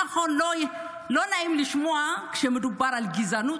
נכון, לא נעים לשמוע כשמדובר על גזענות.